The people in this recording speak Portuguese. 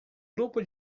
grupo